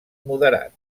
moderat